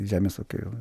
žemės ūkio